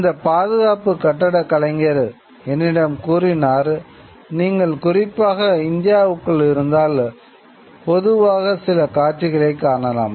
அந்தப் பாதுகாப்பு கட்டிடக் கலைஞர் என்னிடம் கூறினார் நீங்கள் குறிப்பாக இந்தியாவுக்குள் இருந்தால் பொதுவாக சில காட்சிகளை காணலாம்